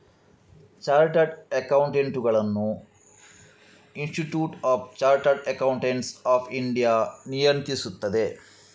chartered ಅಕೌಂಟೆಂಟುಗಳನ್ನು institute of chartered accountants of India ನಿಯಂತ್ರಿಸುತ್ತದೆ